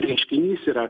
reiškinys yra